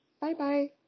Bye-bye